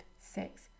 six